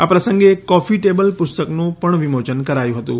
આ પ્રસંગે એક કોફી ટેબલ પુસ્તકનું પણ વિમોચન કરાયું હતું